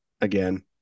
again